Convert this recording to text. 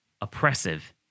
oppressive